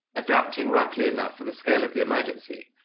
adapting rapidly enough for the scale of the emergency.